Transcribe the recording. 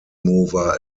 mover